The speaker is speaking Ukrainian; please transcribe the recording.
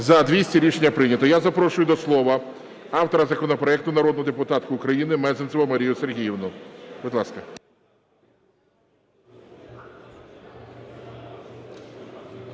За-200 Рішення прийнято. Я запрошую до слова автора законопроекту народну депутатку України Мезенцеву Марію Сергіївну. Будь ласка.